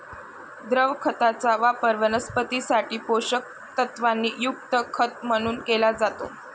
द्रव खताचा वापर वनस्पतीं साठी पोषक तत्वांनी युक्त खत म्हणून केला जातो